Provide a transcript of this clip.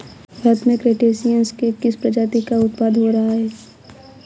भारत में क्रस्टेशियंस के किस प्रजाति का उत्पादन हो रहा है?